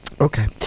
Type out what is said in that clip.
Okay